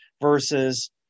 versus